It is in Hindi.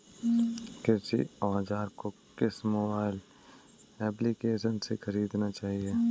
कृषि औज़ार को किस मोबाइल एप्पलीकेशन से ख़रीदना चाहिए?